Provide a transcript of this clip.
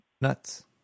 nuts